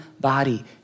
body